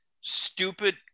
stupid